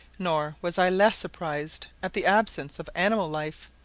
nor was i less surprised at the absence of animal life.